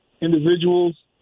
individuals